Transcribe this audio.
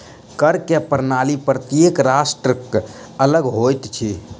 कर के प्रणाली प्रत्येक राष्ट्रक अलग होइत अछि